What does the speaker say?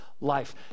life